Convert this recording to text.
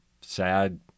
sad